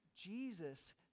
Jesus